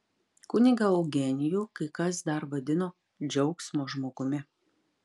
kunigą eugenijų kai kas dar vadino džiaugsmo žmogumi